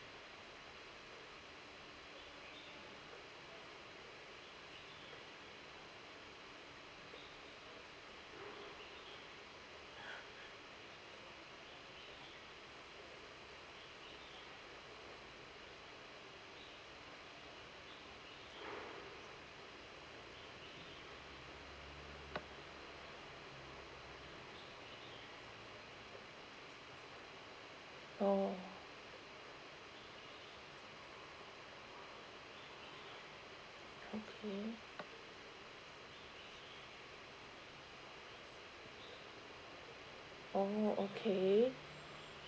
oh okay oh okay